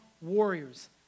warriors